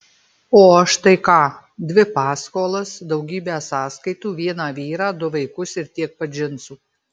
o aš tai ką dvi paskolas daugybę sąskaitų vieną vyrą du vaikus ir tiek pat džinsų